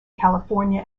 california